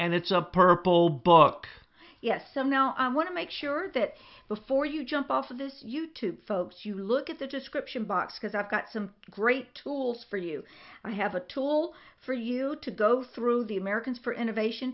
and it's a purple book yes so now i want to make sure that before you jump off of this you tube folks you look at the description box because i've got some great tools for you i have a tool for you to go through the american for innovation